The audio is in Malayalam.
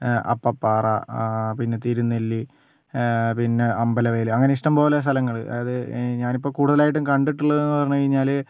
അപ്പം പാറ പിന്നെ തിരുന്നെല്ലി പിന്നെ അമ്പലവേല് അങ്ങനെ ഇഷ്ടം പോലെ സ്ഥലങ്ങള് അത് ഞാൻ ഇപ്പോൾ കൂടുതലായിട്ടും കണ്ടിട്ടുള്ളത് എന്ന് പറഞ്ഞു കഴിഞ്ഞാല്